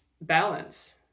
balance